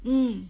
mm